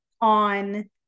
on